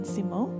Simo